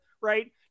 Right